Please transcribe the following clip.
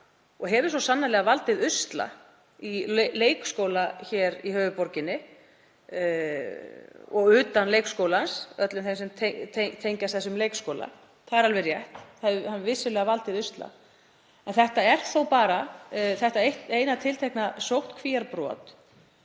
sem hefur svo sannarlega valdið usla í leikskóla hér í höfuðborginni og utan leikskólans, hjá öllum þeim sem tengjast þessum leikskóla. Það er alveg rétt, það hefur vissulega valdið usla. Þó er bara um að ræða þetta eina tiltekna sóttkvíarbrot